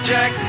Jack